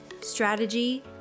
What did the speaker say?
strategy